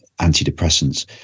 antidepressants